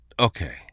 Okay